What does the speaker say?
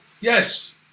Yes